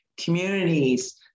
communities